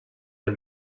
del